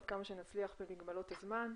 עד כמה שנצליח במגבלות הזמן.